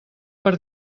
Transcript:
per